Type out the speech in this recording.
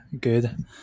good